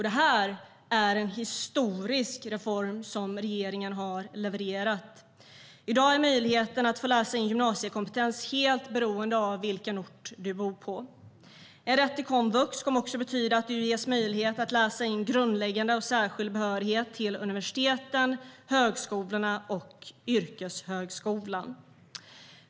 Det är en historisk reform regeringen har levererat. I dag är möjligheten att läsa in gymnasiekompetens helt beroende av vilken ort du bor på. En rätt till komvux kommer också att betyda att du ges möjlighet att läsa in grundläggande och särskild behörighet till universitet, högskola och yrkeshögskola.